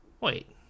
Wait